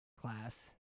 class